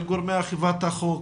אל גורמי אכיפת החוק,